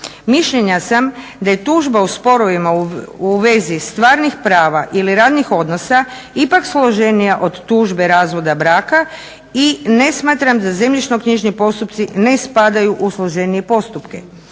Mišljenja sam da je tužba u sporovima u vezi stvarnih prava ili radnih odnosa ipak složenija od tužbe razvoda braka i ne smatram za zemljišnoknjižni postupci ne spadaju u složenije postupke.